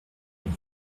pour